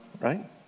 right